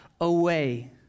away